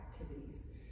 activities